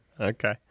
Okay